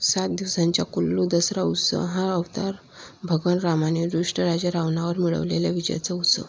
सात दिवसांच्या कुल्लू दसरा उत्सव हा अवतार भगवान रामाने दुष्ट राजा रावणावर मिळवलेल्या विजयाचा उत्सव